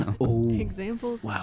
examples